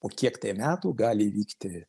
po kiek metų gali įvykti